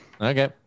Okay